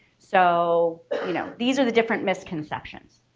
so you know these are the different misconceptions.